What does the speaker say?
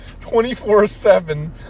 24-7